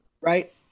right